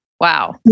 Wow